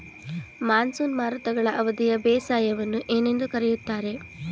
Monsoon ಮಾರುತಗಳ ಅವಧಿಯ ಬೇಸಾಯವನ್ನು ಏನೆಂದು ಕರೆಯುತ್ತಾರೆ?